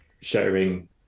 sharing